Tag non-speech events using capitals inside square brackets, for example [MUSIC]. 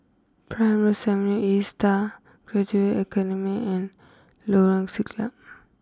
Primrose [UNINTELLIGIBLE] A Star Graduate Academy and Lorong Siglap